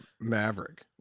Maverick